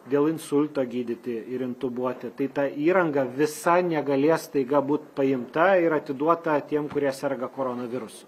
dėl insulto gydyti ir intubuoti tai ta įranga visa negalės staiga būt paimta ir atiduota tiem kurie serga koronavirusu